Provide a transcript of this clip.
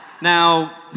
Now